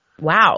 Wow